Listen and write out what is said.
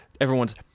everyone's